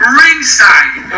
ringside